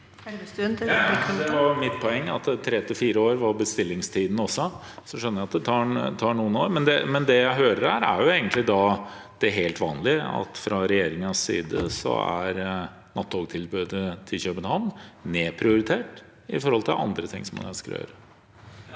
Det var mitt poeng at tre–fire år er bestillingstiden. Jeg skjønner at det tar noen år, men det jeg hører her, er egentlig det helt vanlige: Fra regjeringens side er nattogtilbudet til København nedprioritert i forhold til andre ting man ønsker å gjøre.